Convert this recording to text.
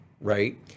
right